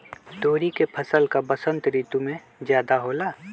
तोरी के फसल का बसंत ऋतु में ज्यादा होला?